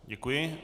Děkuji.